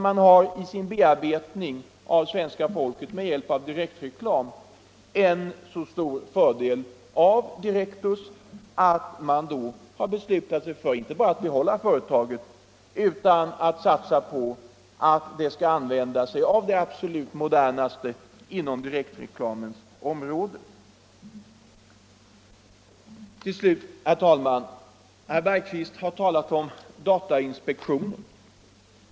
Man har i sin bearbetning av svenska folket med hjälp av direktreklam en så stor fördel av Direktus att man har beslutat sig för att inte bara behålla företaget utan också satsa på att där använda sig av det absolut modernaste inom direktreklamområdet. Slutligen talade herr Berqvist om datainspektionen.